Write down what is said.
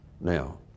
Now